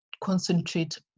concentrate